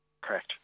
Correct